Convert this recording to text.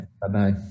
bye-bye